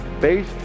base